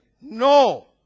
No